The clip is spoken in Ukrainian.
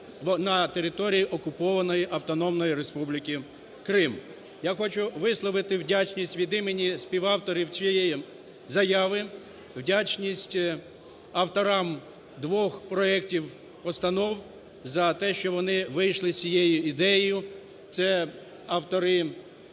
Крим. Я хочу висловити вдячність від імені співавторів цієї заяви. Вдячність авторам двох проектів постанов за те, що вони вийшли з цією ідеєю – це автори